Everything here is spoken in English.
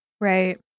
Right